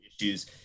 issues